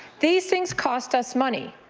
these things cost us money.